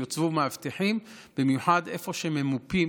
יוצבו מאבטחים במיוחד איפה שממופה,